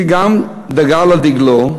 שגם חרתה על דגלה,